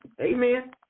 Amen